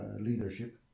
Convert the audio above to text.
leadership